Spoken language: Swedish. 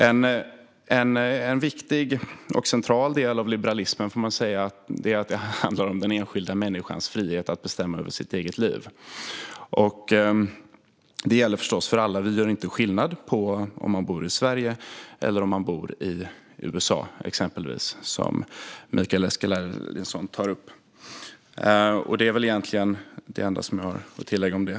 En viktig och central del av liberalismen är att det handlar om den enskilda människans frihet att bestämma över sitt eget liv. Det gäller förstås för alla. Vi gör inte skillnad på om man bor i Sverige eller om man bor i exempelvis USA, som Mikael Eskilandersson tar upp. Det är egentligen det enda jag har att tillägga om det.